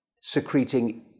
secreting